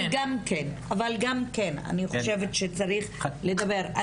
אבל גם כן, אני חושבת שצריך לדבר.